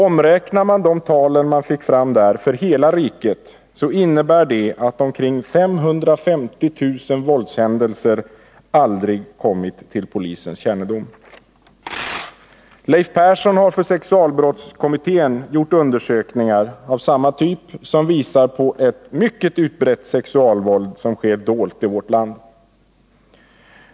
Omräknat i tal för hela riket innebär det att omkring 550 000 våldshändelser aldrig kommit till polisens kännedom. Leif Persson har för sexualbrottskommittén gjort undersökningar som visar på ett mycket utbrett sexualvåld som sker dolt i vårt land.